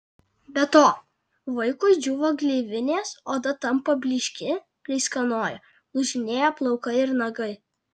be to vaikui džiūva gleivinės oda tampa blykši pleiskanoja lūžinėja plaukai ir nagai